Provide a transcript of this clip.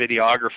videographer